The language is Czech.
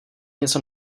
něco